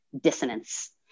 dissonance